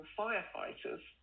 firefighters